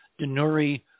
Denuri